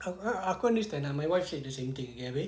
from what aku understand ah my wife said the same thing you get me